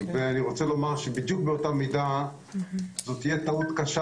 ואני רוצה לומר שבדיוק באותה מידה זו תהיה טעות קשה